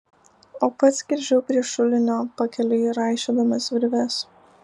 o pats grįžau prie šulinio pakeliui raišiodamas virves